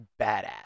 badass